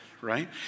right